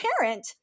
parent